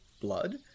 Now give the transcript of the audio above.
blood